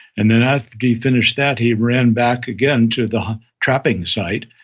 and then after he finished that he ran back again to the trapping site.